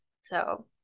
so-